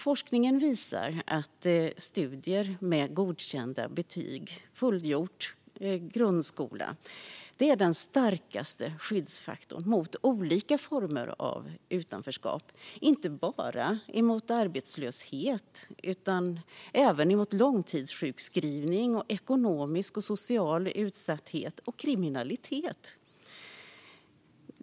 Forskning visar att fullgjorda grundskolestudier med godkända betyg är den starkaste skyddsfaktorn mot olika former av utanförskap - inte bara arbetslöshet utan även långtidssjukskrivning, ekonomisk och social utsatthet och kriminalitet.